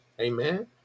amen